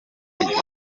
igihe